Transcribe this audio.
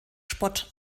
spott